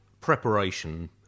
preparation